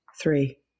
Three